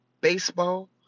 baseball